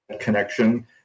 connection